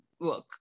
work